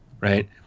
right